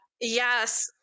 Yes